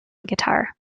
guitar